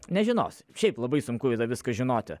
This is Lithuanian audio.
nežinos šiaip labai sunku yra viską žinoti